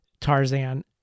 Tarzan